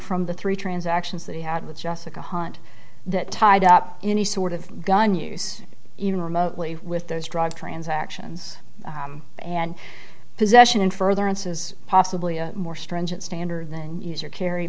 from the three transactions that he had with jessica hunt that tied up any sort of gun use even remotely with those drug transactions and possession in furtherance is possibly a more stringent standard than user carry